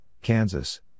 Kansas